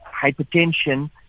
hypertension